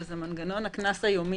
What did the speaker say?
שזה מנגנון הקנס היומי.